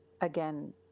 again